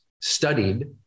studied